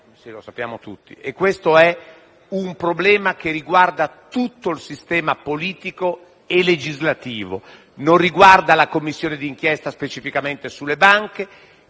del Parlamento. Questo è un problema che riguarda tutto il sistema politico e legislativo, non riguarda la Commissione di inchiesta specificamente sulle banche.